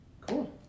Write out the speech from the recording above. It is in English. cool